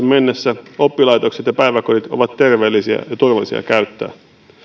mennessä oppilaitokset ja päiväkodit ovat terveellisiä ja turvallisia käyttää